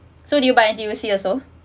so do you buy N_T_U_C also